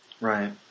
Right